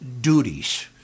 duties